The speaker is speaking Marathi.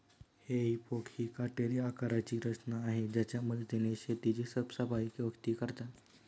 हेई फोक ही काटेरी आकाराची रचना आहे ज्याच्या मदतीने शेताची साफसफाई व्यक्ती करतात